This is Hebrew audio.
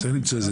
מי עוד יש